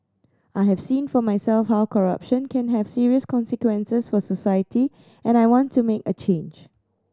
I have seen for myself how corruption can have serious consequences for society and I want to make a change